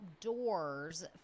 doors